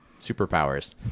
superpowers